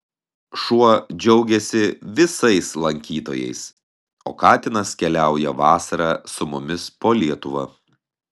šuo džiaugiasi visais lankytojais o katinas keliauja vasarą su mumis po lietuvą